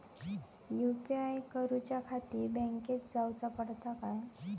UPI करूच्याखाती बँकेत जाऊचा पडता काय?